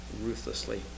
ruthlessly